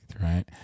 right